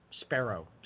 sparrow